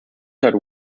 had